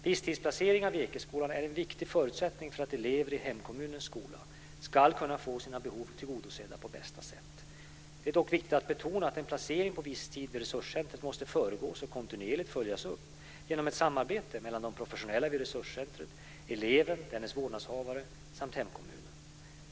Visstidsplaceringarna vid Ekeskolan är en viktig förutsättning för att elever i hemkommunens skola ska kunna få sina behov tillgodosedda på bästa sätt. Det är dock viktigt att betona att en placering på visstid vid resurscentret måste föregås och kontinuerligt följas upp genom ett samarbete mellan de professionella vid resurscentret, eleven, dennes vårdnadshavare samt hemkommunen.